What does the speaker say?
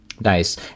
nice